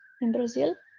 in brazil.